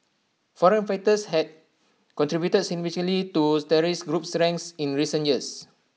foreign fighters have contributed significantly to terrorist group's ranks in recent years